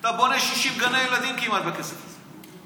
אתה בונה כמעט 60 גני ילדים בכסף הזה.